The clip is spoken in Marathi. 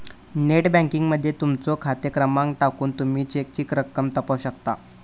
नेट बँकिंग मध्ये तुमचो खाते क्रमांक टाकून तुमी चेकची रक्कम तपासू शकता